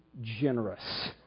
generous